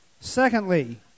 Secondly